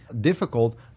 difficult